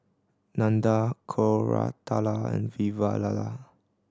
Nandan Koratala and Vavilala